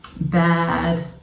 bad